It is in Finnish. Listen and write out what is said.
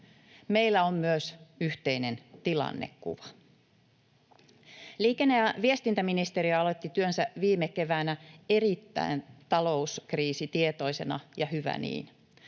Meillä on myös yhteinen tilannekuva. Liikenne- ja viestintäministeriö aloitti työnsä viime keväänä erittäin talouskriisitietoisena, ja hyvä niin.